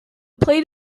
plate